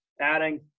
adding